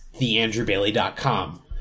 theandrewbailey.com